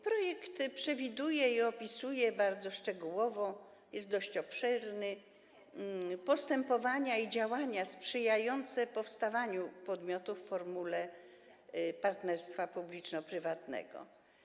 Projekt przewiduje i opisuje bardzo szczegółowo, jest dość obszerny, postępowanie i działania sprzyjające powstawaniu podmiotów w formule partnerstwa publiczno-prywatnego.